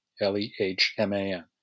L-E-H-M-A-N